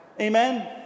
Amen